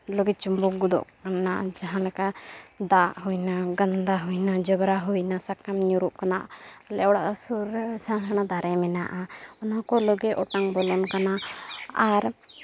ᱞᱚᱜᱮ ᱪᱚᱢᱵᱚᱠ ᱜᱚᱫᱚᱜ ᱠᱟᱱᱟ ᱡᱟᱦᱟᱸ ᱞᱮᱠᱟ ᱫᱟᱜ ᱦᱩᱭᱱᱟ ᱜᱚᱸᱫᱟ ᱦᱩᱭᱱᱟ ᱡᱚᱵᱽᱨᱟ ᱦᱩᱭᱱᱟ ᱥᱟᱠᱟᱢ ᱧᱩᱨᱩᱜ ᱠᱟᱱᱟ ᱟᱞᱮ ᱚᱲᱟᱜ ᱥᱩᱨ ᱨᱮ ᱥᱮᱬᱟ ᱥᱮᱬᱟ ᱫᱟᱨᱮ ᱢᱮᱱᱟᱜᱼᱟ ᱚᱱᱟ ᱠᱚ ᱞᱚᱜᱮ ᱚᱴᱟᱝ ᱵᱚᱞᱚᱱ ᱠᱟᱱᱟ ᱟᱨ